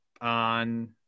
on